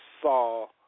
saw